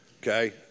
Okay